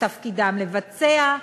ותפקידם לבצע,